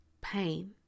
pain